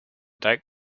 dyke